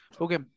Okay